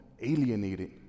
alienated